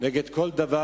נגד כל דבר,